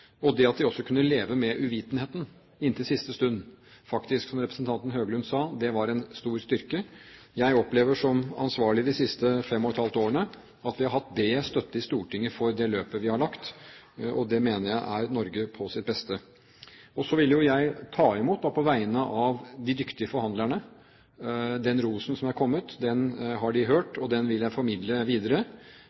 og det at de også kunne leve med uvitenheten, inntil siste stund faktisk, som representanten Høglund sa, var en stor styrke. Jeg opplever som ansvarlig de siste fem og et halvt årene at vi har hatt bred støtte i Stortinget for det løpet vi har lagt, og det mener jeg er Norge på sitt beste. Og så vil jo jeg ta imot, på vegne av de dyktige forhandlerne, den rosen som er kommet. Den har de hørt, og den vil jeg formidle videre.